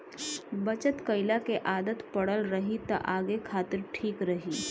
बचत कईला के आदत पड़ल रही त आगे खातिर ठीक रही